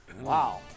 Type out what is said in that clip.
Wow